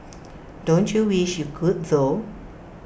don't you wish you could though